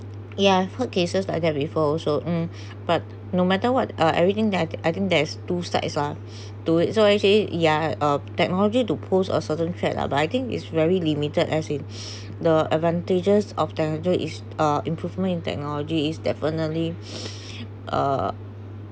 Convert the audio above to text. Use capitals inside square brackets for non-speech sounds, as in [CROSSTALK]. yeah four cases like that before also mm but no matter what uh everything that I I think there's two sides to it so actually yeah uh technology to pose a certain threat lah but I think is very limited as in [BREATH] the advantages of technology uh improvement in technology is definitely uh